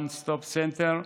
one stop center,